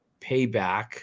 payback